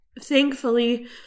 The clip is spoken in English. Thankfully